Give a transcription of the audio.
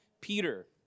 Peter